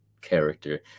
character